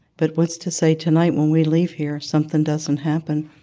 but what's to say tonight, when we leave here, something doesn't happen,